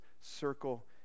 circle